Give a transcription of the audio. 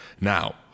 Now